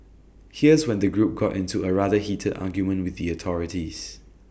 here's when the group got into A rather heated argument with the authorities